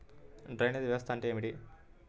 Drainage వ్యవస్థ అంటే ఏమిటి?